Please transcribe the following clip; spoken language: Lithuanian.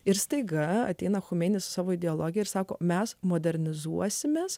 ir staiga ateina chomeinis savo ideologiją ir sako mes modernizuosime